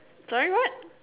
sorry what